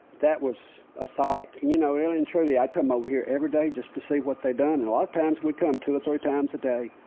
that was a sight, you know? really and truly, i come over here every day just to see what they'd done. a lot of times we'd come two or three times a day,